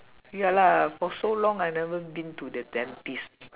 ya lah for so long I never been to the dentist